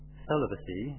celibacy